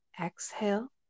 Exhale